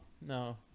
no